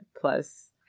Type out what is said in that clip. plus